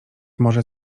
może